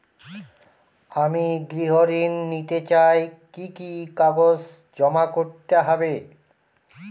আমি গৃহ ঋণ নিতে চাই কি কি কাগজ জমা করতে হবে?